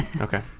Okay